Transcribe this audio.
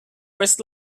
was